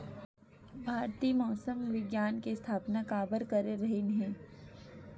भारती मौसम विज्ञान के स्थापना काबर करे रहीन है?